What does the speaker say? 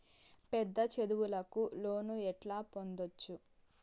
పెద్ద చదువులకు లోను ఎట్లా పొందొచ్చు